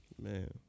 Man